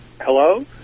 Hello